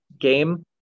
game